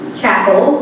chapel